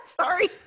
sorry